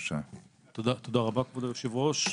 תודה רבה, כבוד היושב-ראש.